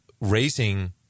raising